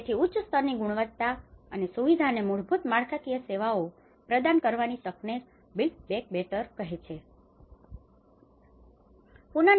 તેથીઉચ્ચ સ્તરની ગુણવત્તા અને સુવિધાઓને મૂળભૂત માળખાકીય સેવાઓ પ્રદાન કરવાની તકને જ built back better built back better ફરીથી સારી રીતે નિર્માણ કહે છે